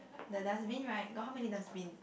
the dustbin right got how many dustbin